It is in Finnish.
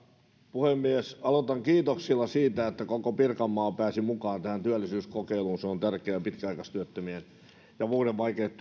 puhemies aloitan kiitoksilla siitä että koko pirkanmaa pääsi mukaan tähän työllisyyskokeiluun se on tärkeä pitkäaikaistyöttömien ja muiden vaikeasti